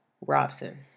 Robson